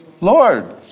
Lord